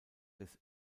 des